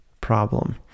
problem